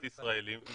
תאפשר כניסת ישראלים.